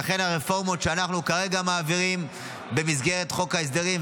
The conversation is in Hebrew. לכן הרפורמות שאנחנו כרגע מעבירים במסגרת חוק ההסדרים,